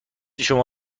شما